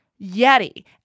Yeti